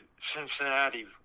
Cincinnati